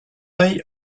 œil